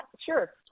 Sure